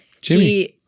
Jimmy